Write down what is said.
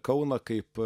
kauną kaip